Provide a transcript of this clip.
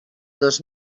dos